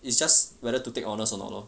it's just whether to take honours or not lor